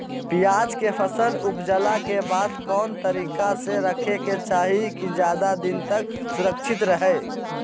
प्याज के फसल ऊपजला के बाद कौन तरीका से रखे के चाही की ज्यादा दिन तक सुरक्षित रहय?